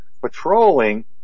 patrolling